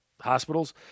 hospitals